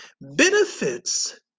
benefits